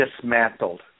dismantled